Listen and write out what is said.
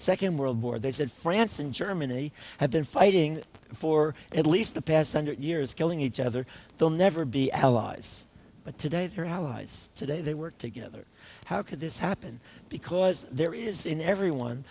second world war they said france and germany have been fighting for at least the past hundred years killing each other they'll never be allies but today their allies today they worked together how could this happen because there is in every one